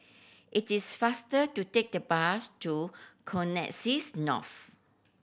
it is faster to take the bus to Connexis North